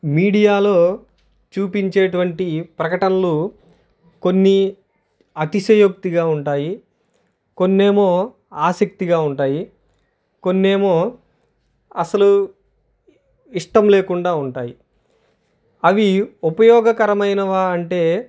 మీడియాలో చూపించేటటువంటి ప్రకటనలు కొన్ని అతిశయోక్తిగా ఉంటాయి కొన్ని ఏమో ఆసక్తిగా ఉంటాయి కొన్ని ఏమో అసలు ఇష్టం లేకుండా ఉంటాయి అవి ఉపయోగకరమైనవా అంటే